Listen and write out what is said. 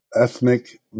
ethnic